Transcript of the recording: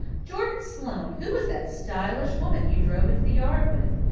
jordan sloane, who was that stylish woman you drove into the yard with?